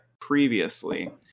previously